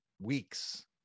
weeks